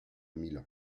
milan